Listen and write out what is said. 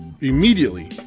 immediately